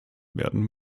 werden